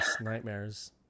nightmares